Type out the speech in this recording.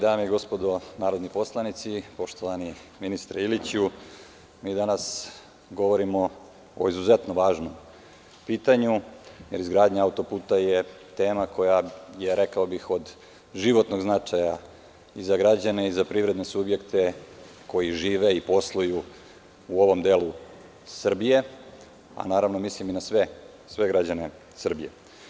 Dame i gospodo narodni poslanici, poštovani ministre Iliću, mi danas govorimo o izuzetno važnom pitanju, jer izgradnja autoputa je tema koja je, rekao bih, od životnog značaja za građane i za privredne subjekte koji žive i posluju u ovom delu Srbije, a naravno da mislim i na sve građane Srbije.